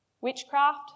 witchcraft